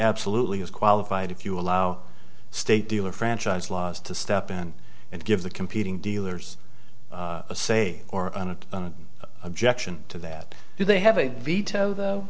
absolutely is qualified if you allow state dealer franchise laws to step in and give the competing dealers a say or an objection to that do they have a veto though